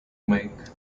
make